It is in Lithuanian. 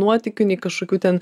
nuotykių nei kažkokių ten